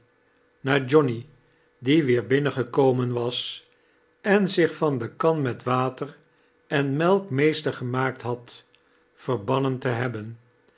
na johnny die weer binnengekomen was en zioh van de kan met water en melk meester gemaakt had verbannen te hebben